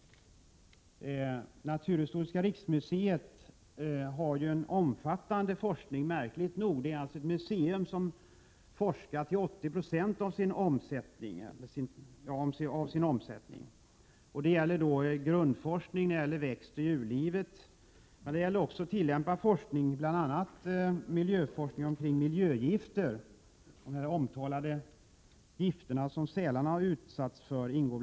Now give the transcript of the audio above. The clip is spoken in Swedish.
Naturhistoriska riksmuseet har — märkligt nog — en omfattande forskning. Det är alltså ett museum vars omsättning till 80 9 går till forskning. Det är fråga om grundforskning inom växtoch djurlivet men också om tillämpad forskning, bl.a. forskning när det gäller miljögifter. Denna berör bl.a. de omtalade gifter som sälarna har utsatts för.